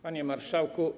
Panie Marszałku!